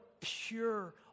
pure